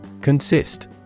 Consist